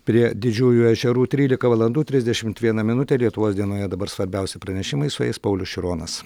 prie didžiųjų ežerų trylika valandų trisdešimt viena minutė lietuvos dienoje dabar svarbiausi pranešimai su jais paulius šironas